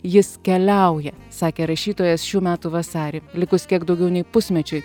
jis keliauja sakė rašytojas šių metų vasarį likus kiek daugiau nei pusmečiui